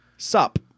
Sup